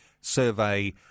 survey